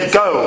go